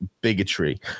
bigotry